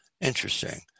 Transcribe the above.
Interesting